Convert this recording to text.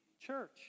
church